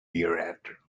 hereafter